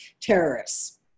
terrorists